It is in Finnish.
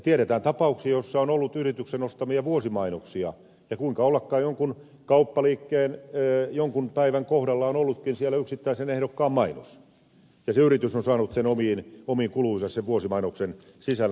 tiedetään tapauksia joissa on ollut yrityksen ostamia vuosimainoksia ja kuinka ollakaan jonkun kauppaliikkeen jonkun päivän kohdalla on ollutkin siellä yksittäisen ehdokkaan mainos ja se yritys on saanut sen omiin kuluihinsa sen vuosimainoksen sisällä